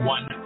One